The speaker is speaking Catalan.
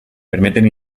permeten